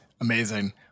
Amazing